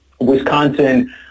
Wisconsin